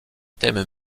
thèmes